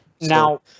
Now